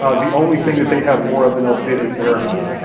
ah the only thing that they have more of than el cid is arrogance.